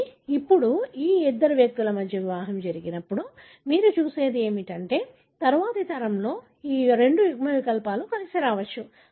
కానీ ఇప్పుడు ఈ ఇద్దరు వ్యక్తుల మధ్య వివాహం జరిగినప్పుడు మీరు చూసేది ఏమిటంటే తరువాతి తరంలో ఈ రెండు యుగ్మవికల్పాలు కలిసి రావచ్చు